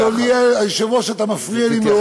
אדוני היושב-ראש, אתה מפריע לי מאוד.